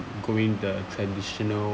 going the traditional